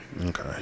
okay